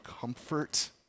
comfort